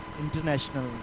international